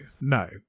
no